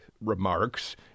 remarks